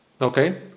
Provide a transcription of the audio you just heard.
Okay